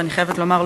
ואני חייבת לומר,